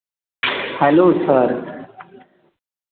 hello sir